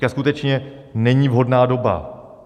Teď skutečně není vhodná doba.